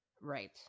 Right